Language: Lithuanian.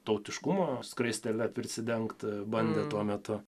tautiškumo skraistele prisidengt bandė tuo metu